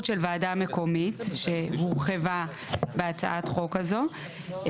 של ועדה מקומית שהורחבה בהצעת החוק הזו,